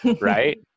Right